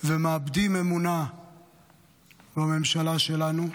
ומאבדים אמונה בממשלה שלנו.